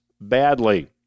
badly